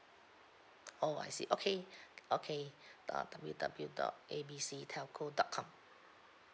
oh I see okay okay uh W W dot A B C telco dot com